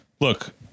look